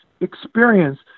experience